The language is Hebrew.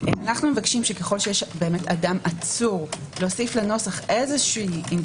- אנו מבקשים שככל שיש אדם עצור להוסיף לנוסח אינדיקציה